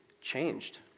changed